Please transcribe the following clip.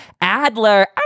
Adler